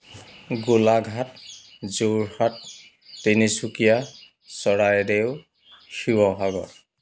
Golaghat Jorhat Tinsukia Charaideo Sivasagar